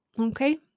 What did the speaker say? Okay